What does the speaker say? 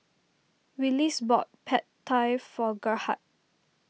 Willis bought Pad Thai for Gerhard